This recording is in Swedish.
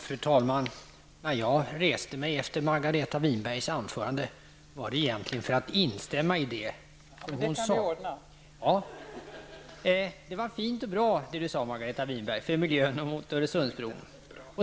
Fru talman! När jag reste mig efter Margareta Winbergs anförande var det egentligen för att instämma i det. Det Margareta Winberg sade var fint och bra för miljön och mot Öresundsbron.